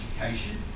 education